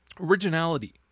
originality